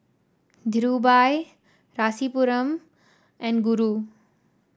Dhirubhai Rasipuram and Guru